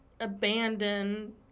abandoned